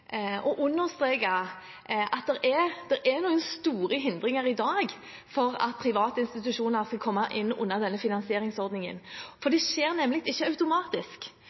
å understreke at det er noen store hindringer i dag for at private institusjoner skal komme inn under denne finansieringsordningen. For det skjer nemlig ikke automatisk;